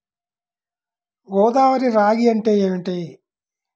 గోదావరి రాగి అంటే ఏమిటి?